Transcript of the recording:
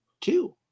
two